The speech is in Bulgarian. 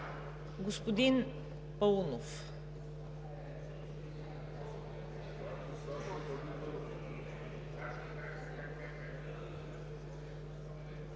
Господин Паунов.